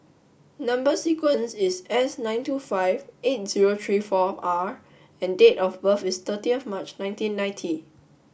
number sequence is S nine two five eight zero three four R and date of birth is thirty of nineteen ninety